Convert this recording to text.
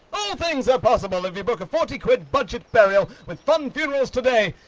all things are possible, if you book a forty quid budget burial with funn funerals today!